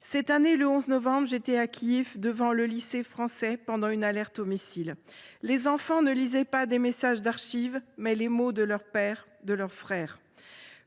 Cette année, le 11 novembre, j’étais à Kiev, devant le lycée français, pendant une alerte aux missiles. Les enfants lisaient non pas des messages d’archives, mais les mots de leur père et de leurs frères.